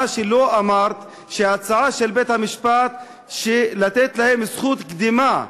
מה שלא אמרת הוא שההצעה של בית-המשפט היא לתת להם זכות קדימה,